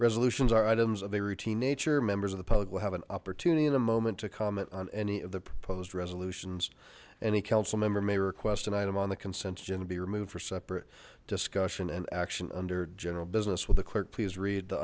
resolutions are items of a routine nature members of the public will have an opportunity in a moment to comment on any of the proposed resolutions any council member may request an item on the consent agenda be removed for separate discussion and action under general business with the clerk please read the